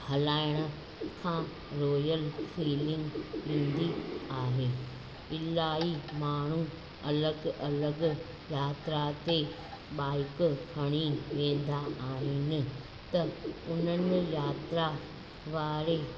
हलाइण खां royal feeling ईंदी आहे इलाही माण्हू अलॻि अलॻि यात्रा ते बाइक खणी वेंदा आहिनि त उन्हनि यात्रा वारी